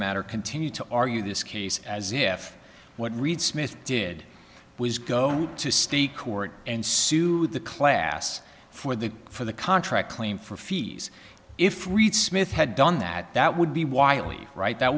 matter continue to argue this case as if what reed smith did was go to state court and sue the class for the for the contract claim for fees if reed smith had done that that would be wiley right that